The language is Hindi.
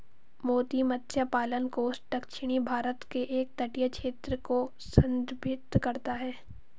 मोती मत्स्य पालन कोस्ट दक्षिणी भारत के एक तटीय क्षेत्र को संदर्भित करता है